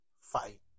fight